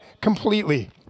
completely